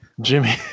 Jimmy